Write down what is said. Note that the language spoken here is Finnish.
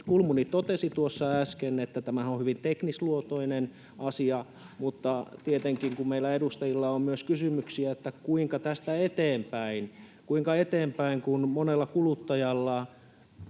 Kulmuni totesi tuossa äsken, tämähän on hyvin teknisluontoinen asia, mutta tietenkin meillä edustajilla on myös kysymyksiä, kuinka tästä eteenpäin. Kuinka eteenpäin, kun monella kuluttajalla